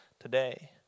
today